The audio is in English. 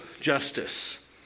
justice